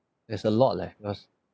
there's a lot leh cause